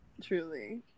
Truly